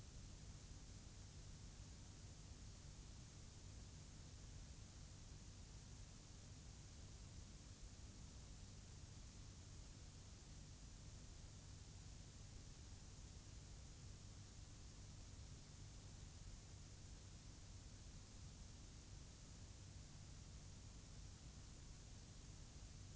Det är inte nog med att finansministern aldrig lyckats klara ut vilka motiven är för den skatten, han har inte ens klart för sig hur den kommer att slå och vilka som berörs. Hans försvar går kort och gott ut på att, som Carl Bildt formulerade det, låta ändamålet helga medlen: regeringen behöver 15 miljarder kronor och då är det bara att klippa till. Rättvisa och principer får vika. Feldt har t.ex. hävdat att vanliga löntagare inte skulle beröras av pensionsskatten.